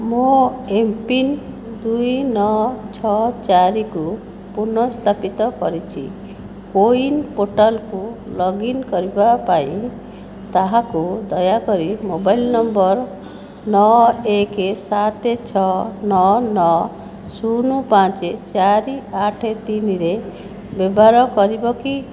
ମୋ M PIN ଦୁଇ ନଅ ଛଅ ଚାରିକୁ ପୁନଃସ୍ଥାପିତ କରିଛି କୋୱିନ୍ ପୋର୍ଟାଲ୍କୁ ଲଗ୍ ଇନ୍ କରିବା ପାଇଁ ତାହାକୁ ଦୟାକରି ମୋବାଇଲ ନମ୍ବର ନଅ ଏକ ସାତ ଛଅ ନଅ ନଅ ଶୂନ ପାଞ୍ଚ ଚାରି ଆଠ ତିନିରେ ବ୍ୟବହାର କରିବ କି